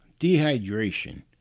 dehydration